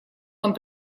нам